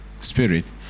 Spirit